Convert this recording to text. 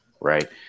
right